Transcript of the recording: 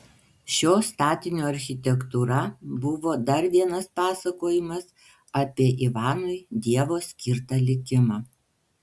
šio statinio architektūra buvo dar vienas pasakojimas apie ivanui dievo skirtą likimą